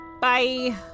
Bye